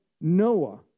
Noah